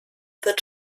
wird